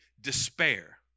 despair